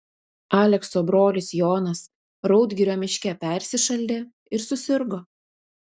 alekso brolis jonas raudgirio miške persišaldė ir susirgo